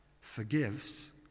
forgives